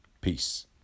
Peace